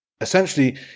Essentially